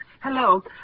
Hello